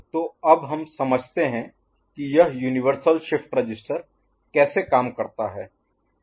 तो अब हम समझते हैं कि यह यूनिवर्सल शिफ्ट रजिस्टर कैसे काम करता है